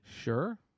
Sure